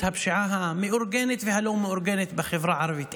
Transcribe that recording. הפשיעה המאורגנת והלא-מאורגנת בחברה הערבית,